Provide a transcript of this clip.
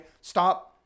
Stop